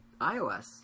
iOS